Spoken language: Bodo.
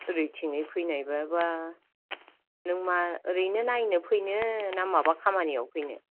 ओरैथिंयै फैनायबोबा नों मा ओरैनो नायनो फैनो ना माबा खामानियाव फैनो